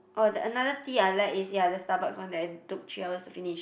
oh the another tea I like is ya the Starbucks one that I took three hours to finish